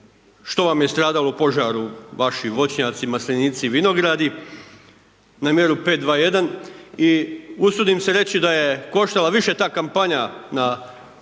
što vam je stradalo u požaru, vašim voćnjacima, maslinici, vinogradi na mjeru 5.2.1. i usudim se reći da je koštala više ta kampanja na